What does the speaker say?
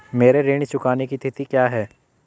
मेरे ऋण चुकाने की तिथि क्या है?